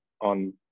on